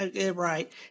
Right